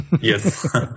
Yes